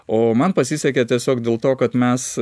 o man pasisekė tiesiog dėl to kad mes